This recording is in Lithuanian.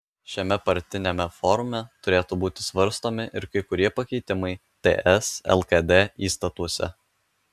šiame partiniame forume turėtų būti svarstomi ir kai kurie pakeitimai ts lkd įstatuose